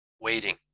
waiting